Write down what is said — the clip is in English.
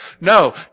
No